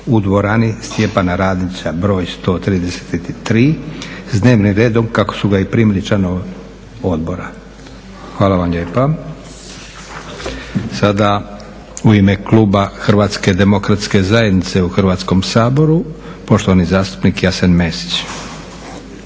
u dvorani Stjepana Radića broj 133. s dnevnim redom kako su ga i primili članovi Odbora. Hvala vam lijepa. Sada u ime kluba Hrvatske demokratske zajednice u Hrvatskom saboru poštovani zastupnik Jasen Mesić.